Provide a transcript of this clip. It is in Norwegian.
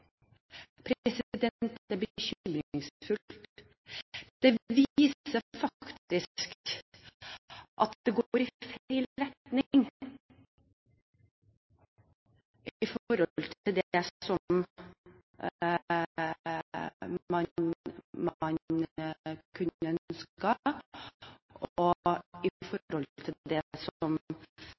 Dette er bekymringsfullt. Det viser faktisk at det går i feil retning i forhold til det man kunne ha ønsket, og i forhold til det